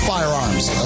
Firearms